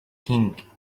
king